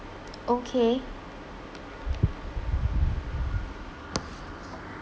okay